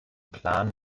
plan